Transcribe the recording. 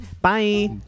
Bye